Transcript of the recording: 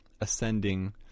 ascending